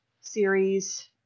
series